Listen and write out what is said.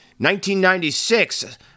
1996